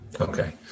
Okay